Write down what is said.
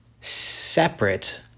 separate